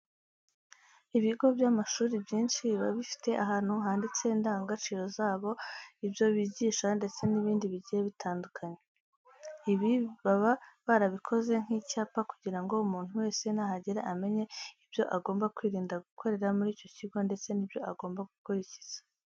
Ibigo by'amashuri byinshi biba bifite ahantu handitse indangagaciro zabo, ibyo bigisha ndetse n'ibindi bigiye bitandukanye. Ibi baba barabikoze nk'icyapa kugira ngo umuntu wese nahagera amenye ibyo agomba kwirinda gukorera muri icyo kigo ndetse n'ibyo agomba gukurikiza.